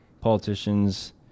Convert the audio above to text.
politicians